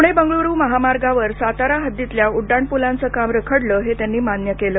प्णे बंगळूरू महामार्गावर सातारा हद्दीतल्या उड्डाणपुलांचं काम रखडलं हे त्यांनी मान्य केलं